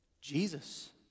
Jesus